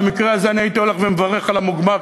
במקרה הזה הייתי הולך ומברך על המוגמר,